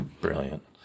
Brilliant